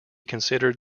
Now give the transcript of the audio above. considered